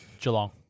Geelong